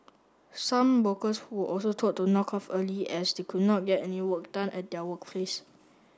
some workers were also told to knock off early as they could not get any work done at their workplace